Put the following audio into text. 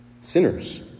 Sinners